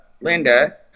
Linda